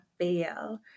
fail